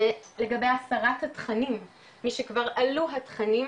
לגבי הסרת התכנים, מי שכבר עלו התכנים